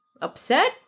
upset